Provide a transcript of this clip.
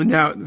Now